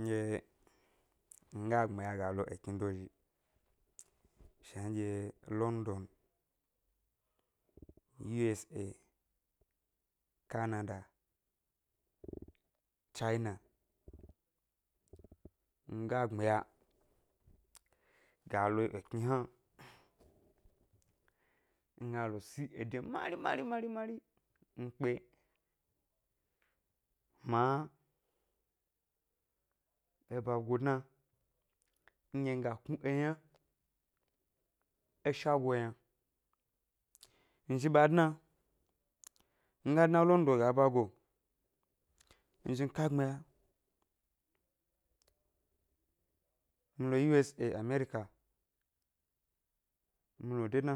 Nɗye ngâ gbmiya ga lo ekni dozhi shnanɗye london, usa, canada, china, ngâ gbmiya gâ lo ekni hna, nga lo si ede mari mari mari mari nkpe, mǎ eba go dna nɗye nga knu eyna é shago yna, nzhi ɓǎ dna, nga dna é london ga ʻba go, nzhi nká gbmiya nlo usa america nlo de dna